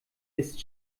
ist